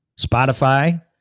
Spotify